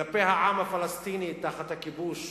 כלפי העם הפלסטיני, תחת הכיבוש,